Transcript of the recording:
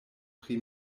pri